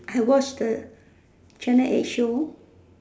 I watch the channel eight show